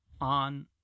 on